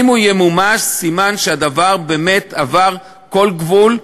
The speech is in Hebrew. אם הוא ימומש, סימן שהדבר באמת עבר כל גבול,